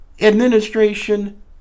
administration